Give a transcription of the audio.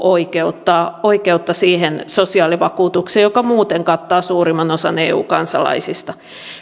oikeutta oikeutta siihen sosiaalivakuutukseen joka muuten kattaa suurimman osan eu kansalaisista